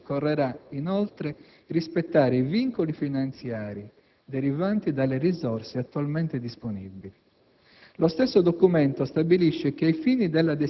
Nella effettiva attribuzione dei benefici economici occorrerà, inoltre, rispettare i vincoli finanziari derivanti dalle risorse attualmente disponibili.